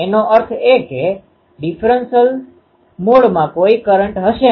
હવે બિંદુ P પરનું કુલ ક્ષેત્ર શું હશે